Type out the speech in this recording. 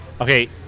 okay